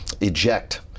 eject